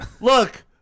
look